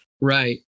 Right